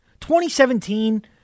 2017